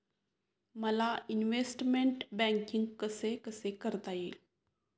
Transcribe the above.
मला investment banking कसे कसे करता येईल?